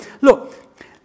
Look